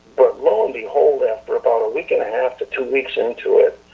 but lo and behold, after about a week and half to two weeks into it,